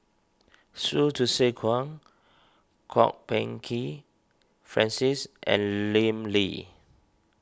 Hsu Tse Kwang Kwok Peng Kin Francis and Lim Lee